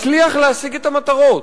מצליח להשיג את המטרות,